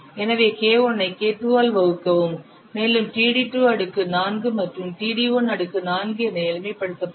எனவே K1 ஐ K2 ஆல் வகுக்கவும் மேலும் td2 அடுக்கு 4 மற்றும் td 1 அடுக்கு 4 என எளிமைப்படுத்தப்படும்